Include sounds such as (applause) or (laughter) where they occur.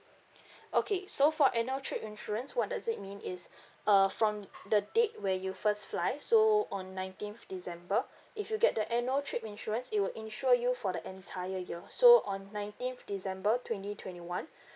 (breath) okay so for annual trip insurance what does it mean is (breath) uh from the date where you first fly so on nineteenth december if you get the annual trip insurance it would insure you for the entire year or so on nineteenth december twenty twenty one (breath)